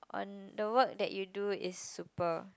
on the work that you do is super